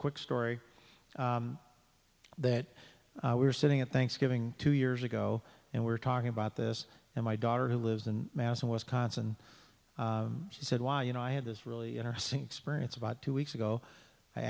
quick story that we're sitting at thanksgiving two years ago and we're talking about this and my daughter who lives in madison wisconsin she said why you know i had this really interesting experience about two weeks ago i